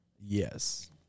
Yes